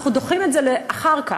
אנחנו דוחים את זה לאחר כך,